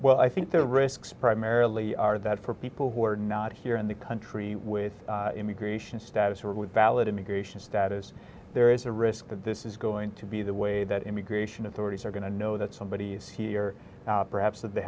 well i think the risks primarily are that for people who are not here in the country with immigration status or with valid immigration status there is a risk that this is going to be the way that immigration authorities are going to know that somebody is here perhaps that they